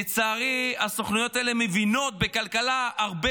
לצערי הסוכנויות האלה מבינות בכלכלה הרבה